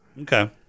Okay